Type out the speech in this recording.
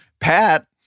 Pat